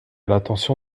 l’attention